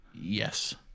Yes